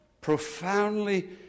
profoundly